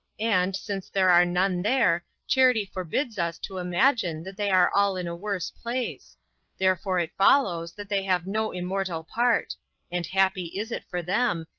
and, since there are none there, charity forbids us to imagine that they are all in a worse place therefore therefore it follows that they have no immortal part and happy is it for them,